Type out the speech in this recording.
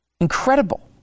Incredible